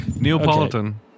Neapolitan